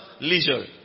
leisure